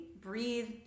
breathe